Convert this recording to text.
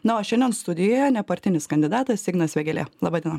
na o šiandien studijoje nepartinis kandidatas ignas vėgėlė laba diena